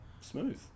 Smooth